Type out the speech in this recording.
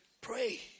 Pray